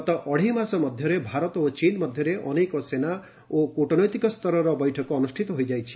ଗତ ଅଢ଼େଇମାସ ମଧ୍ୟରେ ଭାରତ ଓ ଚୀନ୍ ମଧ୍ୟରେ ଅନେକ ସେନା ଏବଂ କୃଟନୈତିକ ସ୍ତରର ବୈଠକ ଅନୁଷ୍ଠିତ ହୋଇଯାଇଛି